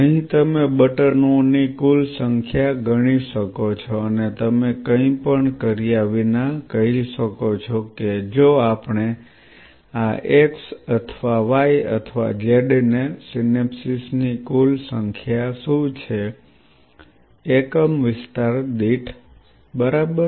અહીં તમે બટનોની કુલ સંખ્યા ગણી શકો છો અને તમે કંઈપણ કર્યા વિના કહી શકો છો કે જો આપણે આ x અથવા y અથવા z ને સિનેપ્સ ની કુલ સંખ્યા શું છે એકમ વિસ્તાર દીઠ બરાબર